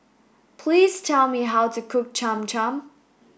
please tell me how to cook Cham Cham